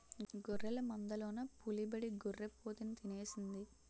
గొర్రెల మందలోన పులిబడి గొర్రి పోతుని తినేసింది